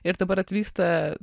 ir dabar atvyksta